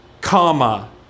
comma